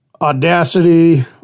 Audacity